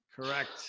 Correct